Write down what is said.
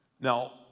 Now